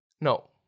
no